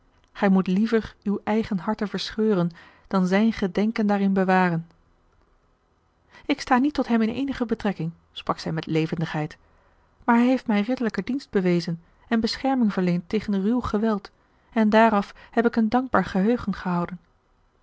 gij moet liever uw eigen harte verscheuren dan zijn gedenken daarin bewaren ik sta niet tot hem in eenige betrekking sprak zij met levena l g bosboom-toussaint de delftsche wonderdokter eel maar hij heeft mij ridderlijken dienst bewezen en bescherming verleend tegen ruw geweld en daar af heb ik een dankbaar geheugen gehouden